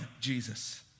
Jesus